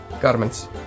garments